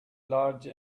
large